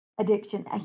addiction